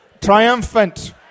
triumphant